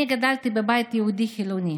אני גדלתי בבית יהודי חילוני